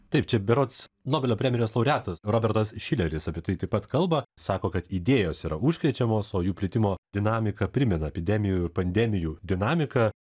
taip čia berods nobelio premijos laureatas robertas šileris apie tai taip pat kalba sako kad idėjos yra užkrečiamos o jų plitimo dinamika primena epidemijų ir pandemijų dinamiką